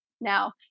now